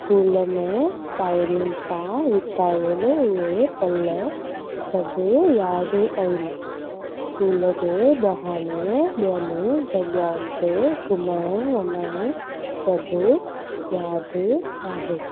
school में साहेड़ियुनि सां वितायल उहे पल सभु याद आहिनि स्कूल जे बहाने ॿियनि जॻहायूं ते घुमण वञण सभु यादि आहे